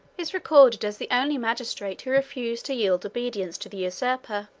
is recorded as the only magistrate who refused to yield obedience to the usurper.